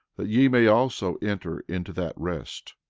that ye may also enter into that rest.